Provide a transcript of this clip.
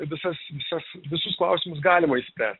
visas visas visus klausimus galima išspręst